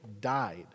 died